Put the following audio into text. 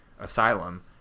asylum